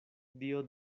dio